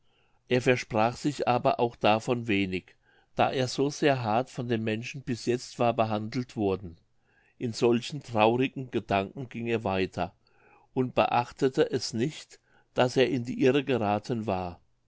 er versprach sich aber auch davon wenig da er so sehr hart von den menschen bis jetzt war behandelt worden in solchen traurigen gedanken ging er weiter und beachtete es nicht daß er in die irre gerathen war